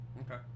Okay